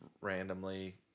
randomly